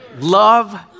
Love